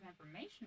information